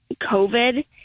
COVID